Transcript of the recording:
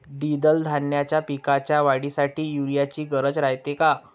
द्विदल धान्याच्या पिकाच्या वाढीसाठी यूरिया ची गरज रायते का?